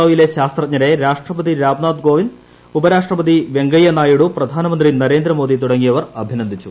O യിലെ ശാസ്ത്രജ്ഞരെ രാഷ്ട്രപതി രാംനാഥ് കോവിന്ദ് ഉപരാഷ്ട്രപതി വെങ്കയ്യ നായിഡു പ്രധാനമന്ത്രി നരേന്ദ്രമോദി തുടങ്ങിയവർ അഭിനന്ദിച്ചു